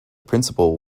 principle